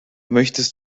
möchtest